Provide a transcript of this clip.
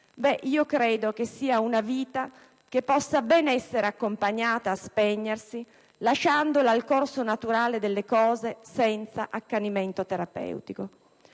credo sia una vita che può ben essere accompagnata a spegnersi, lasciandola al corso naturale delle cose senza accanimento terapeutico.